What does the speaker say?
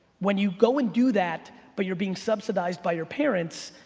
when you go and do that, but you're being subsidized by your parents,